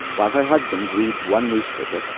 while her husband reads one newspaper,